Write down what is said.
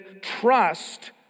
trust